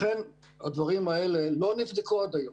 לכן, הדברים האלה לא נבדקו עד היום.